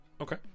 Okay